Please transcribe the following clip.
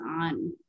on